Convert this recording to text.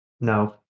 No